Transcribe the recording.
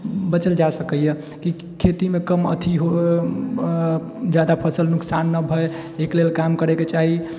बचल जा सकैया कि खेतीमे कम एथी हो जादा फसल नुकसान न भए एहिके लेल काम करेके चाही